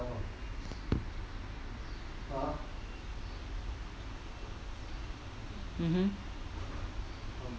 mmhmm